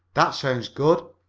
that sounds good,